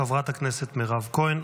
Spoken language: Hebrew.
חברת הכנסת מירב כהן.